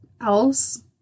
else